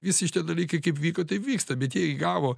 visi šitie dalykai kaip vyko taip vyksta bet jie įgavo